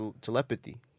telepathy